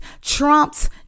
trumps